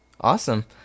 Awesome